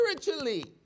spiritually